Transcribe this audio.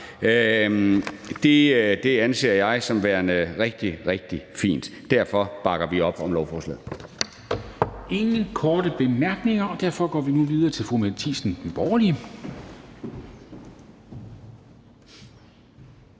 Det anser jeg for at være rigtig, rigtig fint. Derfor bakker vi op om lovforslaget.